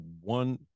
one